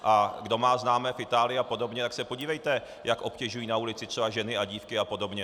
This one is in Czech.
A kdo má známé v Itálii a podobně, tak se podívejte, jak obtěžují na ulici třeba ženy a dívky a podobně.